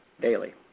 Daily